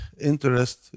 interest